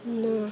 ନା